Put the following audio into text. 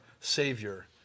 Savior